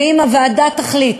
ואם הוועדה תחליט,